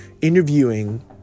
interviewing